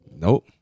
Nope